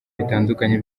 bitandukanye